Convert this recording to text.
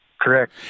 Correct